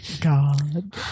God